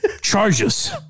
charges